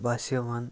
بہٕ ہسے وَن